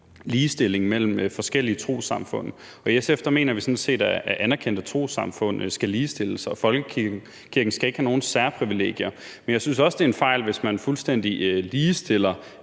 ligestilling mellem forskellige trossamfund. I SF mener vi sådan set, at anerkendte trossamfund skal ligestilles, og at folkekirken ikke skal have nogle særprivilegier; men jeg synes også, det er en fejl, hvis man fuldstændig ligestiller